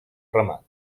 ramat